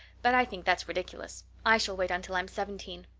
but i think that's ridiculous. i shall wait until i'm seventeen.